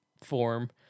form